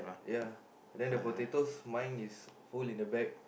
ya then the potatoes mine is full in the bag